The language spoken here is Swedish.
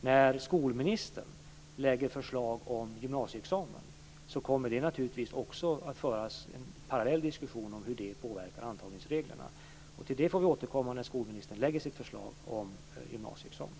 När skolministern lägger fram sitt förslag om en gymnasieexamen kommer man också parallellt att föra en diskussion om hur den påverkar antagningsreglerna. Till detta får vi återkomma då skolministern presenterar sitt förslag till gymnasieexamen.